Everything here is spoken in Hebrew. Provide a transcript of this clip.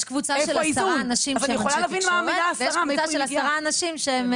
יש קבוצה של עשרה אנשים שהם אנשי תקשורת ויש קבוצה של עשרה אנשים שהם